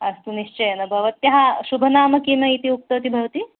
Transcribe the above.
अस्तु निश्चयेन भवत्याः शुभ नाम किम् इति उक्तवती भवति